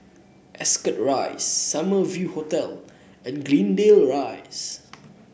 Ascot Rise Summer View Hotel and Greendale Rise